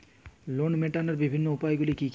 Loan মেটানোর বিভিন্ন উপায়গুলি কী কী?